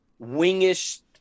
wingish